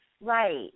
Right